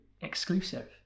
exclusive